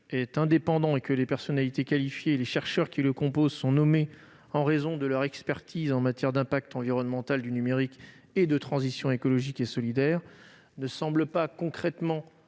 est indépendant et que les personnalités qualifiées et les chercheurs qui le composent sont nommés en raison de leur expertise en matière d'impact environnemental du numérique et de transition écologique et solidaire ne semble pas concrètement